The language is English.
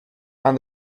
and